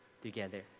together